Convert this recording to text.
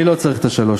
אני לא צריך את השלוש.